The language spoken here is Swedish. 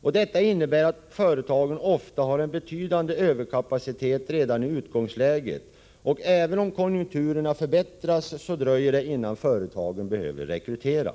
Detta innebär att företagen ofta har en betydande överkapacitet redan i utgångsläget. Även om konjunkturerna förbättras, dröjer det innan företagen behöver rekrytera.